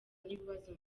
n’ibibazo